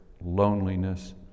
loneliness